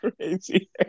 crazy